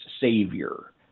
savior